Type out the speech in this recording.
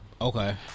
Okay